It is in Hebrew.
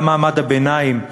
גם מעמד הביניים,